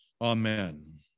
Amen